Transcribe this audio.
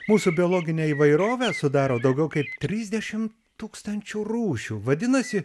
mūsų biologinę įvairovę sudaro daugiau kaip trisdešim tūkstančių rūšių vadinasi